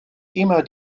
immer